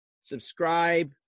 subscribe